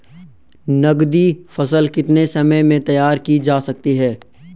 नगदी फसल कितने समय में तैयार की जा सकती है?